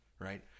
right